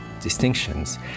distinctions